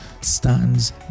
stands